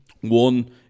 One